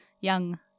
young